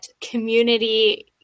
community